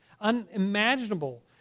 unimaginable